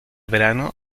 verano